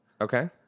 Okay